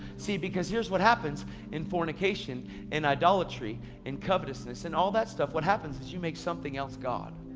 see, because here's what happens in fornication and idolatry and covetousness, and all that stuff. what happens is you make something else god.